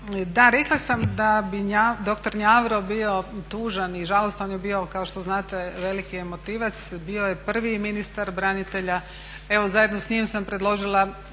da, rekla sam da bi doktor Njavro bio tužan i žalostan, on je bio kao što znate veliki emotivac. Bio je prvi ministar branitelja. Evo zajedno sa njim sam predložila